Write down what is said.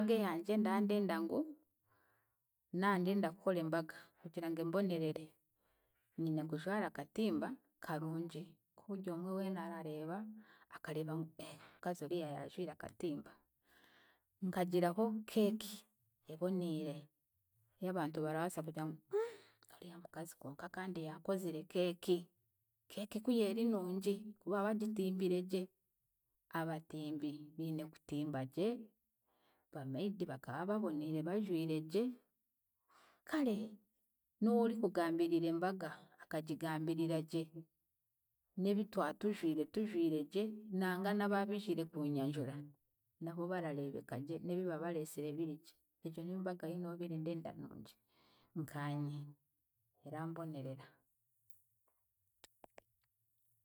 Embaga eyangye ndadenda ngu naandenda kukora embaga kugira ngu embonerere, nyine kujwara akatimba karungi aku buryomwe weena areeba akareeba ngu ee omukazi oriya yaajwire akatimba, nkagiraho keeki eboniire ey'abantu barabaasa kugira ngu mmm, oriya mukazi konka kandi yaakozire keeki, keeki ku yeeri nungi, ku baabagitimbire gye, abatimbi biine kutimba gye, ba maid bakaba baboneire bajwire gye kare n'owoorikugambirira embaga akagigambirira gye, n'ebi twatujwire tujwire gye nanga na abaabiijire kunyanjura nabo barareebeka gye n'ebi baabareesire birigye, egyo niyo mbaga yinoobiire ndenda nungi nkaanye erambonerera.